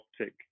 optic